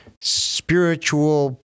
spiritual